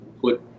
put